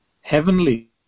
heavenly